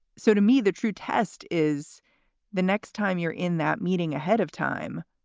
so to me, the true test is the next time you're in that meeting ahead of time,